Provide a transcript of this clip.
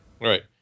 Right